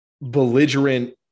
belligerent